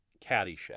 Caddyshack